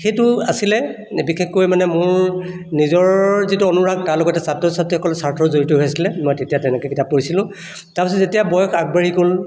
সেইটো আছিলে বিশেষকৈ মানে মোৰ নিজৰ যিটো অনুৰাগ তাৰ লগতে ছাত্ৰ ছাত্ৰীসকলৰ স্বাৰ্থ জড়িত হৈ আছিলে মই তেতিয়া তেনেকৈ কিতাপ পঢ়িছিলোঁ তাৰপাছত যেতিয়া বয়স আগবাঢ়ি গ'ল